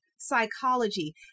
psychology